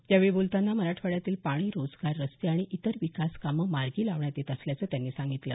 यावेळी बोलतांना मराठवाड्यातील पाणी रोजगार रस्ते आणि इतर विकाम कामं मार्गी लावण्यात येत असल्याचं त्यांनी सांगितलं